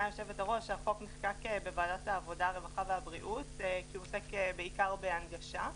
היו"ר החוק נחקק בוועדת העבודה הרווחה והבריאות כי הוא עוסק בעיקר בהנגשה.